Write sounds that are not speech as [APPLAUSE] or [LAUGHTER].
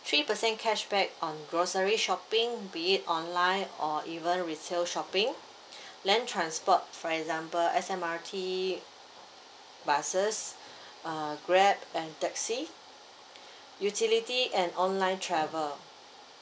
three percent cashback on grocery shopping be it online or even retail shopping [BREATH] land transport for example S_M_R_T buses [BREATH] uh grab and taxi utility and online travel